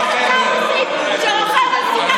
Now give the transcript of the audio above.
שלטים?